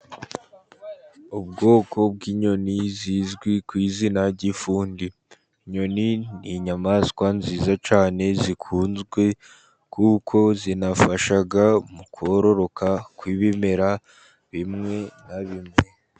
Ubwoko bw'inyoni zizwi ku izina ry'ifundi. Inyoni ni inyamaswa nziza cyane zikunzwe, kuko zinafasha mu kororoka kw'ibimera bimwe na bimwe.